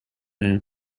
and